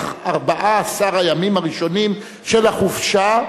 ארבעה-עשר הימים הראשונים של החופשה),